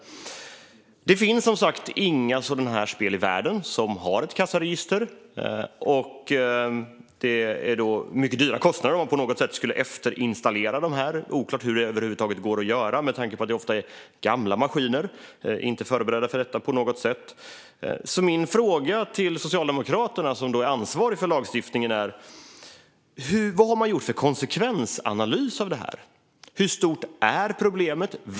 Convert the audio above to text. Det finns som sagt inga sådana spel i världen som har ett kassaregister, och det skulle innebära mycket stora kostnader att på något sätt efterinstallera det. Det är oklart om det över huvud taget går att göra med tanke på att det ofta handlar om gamla maskiner som inte på något sätt är förberedda för detta. Mina frågor till Socialdemokraterna, som är ansvariga för lagstiftningen, är därför: Vad har man gjort för konsekvensanalys av det här? Hur stort är problemet?